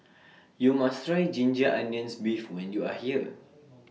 YOU must Try Ginger Onions Beef when YOU Are here